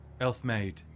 Elfmaid